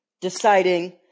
deciding